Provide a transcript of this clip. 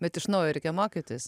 bet iš naujo reikia mokytis